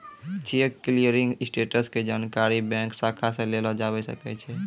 cheque clearing status के जानकारी bank शाखा से लेलो जाबै सकै छै